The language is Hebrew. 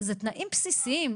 זה תנאים בסיסיים.